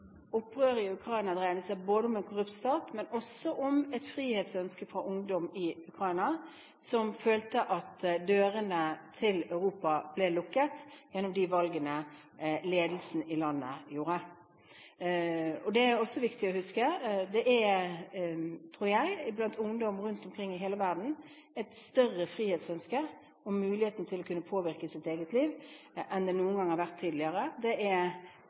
opprøret i Ukraina dreide seg ikke bare om en korrupt stat, men også om et frihetsønske fra ungdom i Ukraina, som følte at dørene til Europa ble lukket gjennom de valgene ledelsen i landet gjorde. Det er også viktig å huske. Det er, tror jeg, blant ungdom rundt omkring i hele verden et større frihetsønske med muligheten til å kunne påvirke sitt eget liv enn det har vært noen gang tidligere. Det er grunnlag for mye uro knyttet til det,